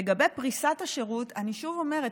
לגבי פריסת השירות, אני שוב אומרת,